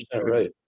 right